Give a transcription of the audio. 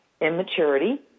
immaturity